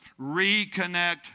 Reconnect